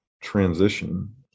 transition